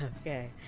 Okay